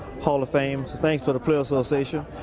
hall of fame, things for the players association.